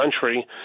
country